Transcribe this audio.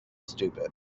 stupid